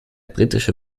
britische